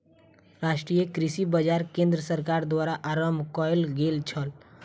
राष्ट्रीय कृषि बाजार केंद्र सरकार द्वारा आरम्भ कयल गेल छल